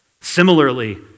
Similarly